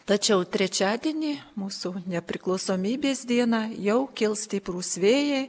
tačiau trečiadienį mūsų nepriklausomybės dieną jau kils stiprūs vėjai